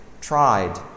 tried